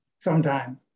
sometime